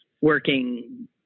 working